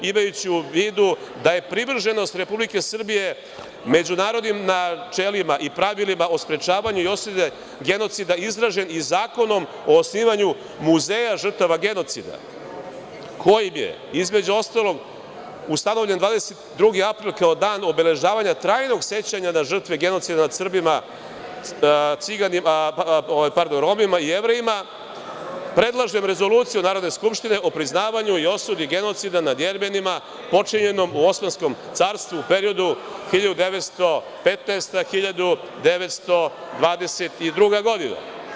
Imajući u vidu da je privrženost Republike Srbije međunarodnim načelima i pravilima o sprečavanju i osude genocida izražen i Zakonom o osnivanju muzeja žrtava genocida, kojim je, između ostalog, ustanovljen 22. april kao dan obeležavanja trajnog sećanja na žrtve genocida nad Srbima, Romima i Jevrejima, predlažem rezoluciju Narodne skupštine o priznavanju i osudi genocida nad Jermenima, počinjenom u Osmanskom carstvu u periodu 1915-1922. godina.